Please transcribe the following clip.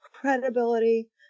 credibility